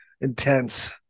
intense